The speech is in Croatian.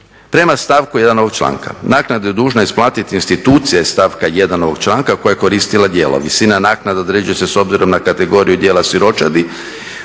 Prema stavku 1. ovog članka naknadu je dužna isplatiti institucija iz stavka 1. ovog članka koja je koristila djelo. Visina naknada određuje se s obzirom na kategoriju djela siročadi